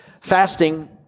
Fasting